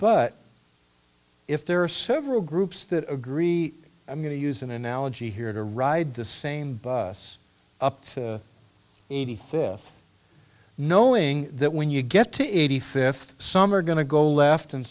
but if there are several groups that agree i'm going to use an analogy here to ride the same bus up to eighty fourth knowing that when you get to eighty theft some are going to go left and